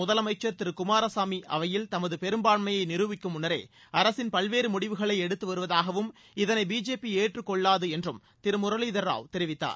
முதலமைச்சர் திரு குமாரசாமி அவையில் தமது பெரும்பான்மையை நிருபிக்கும் முன்னரே அரசின் பல்வேறு முடிவுகளை எடுத்து வருவதாகவும் இதனை பிஜேபி ஏற்றுக் கொள்ளாது என்றும் திரு முரளிதரராவ் தெரிவித்தார்